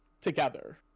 together